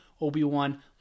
Obi-Wan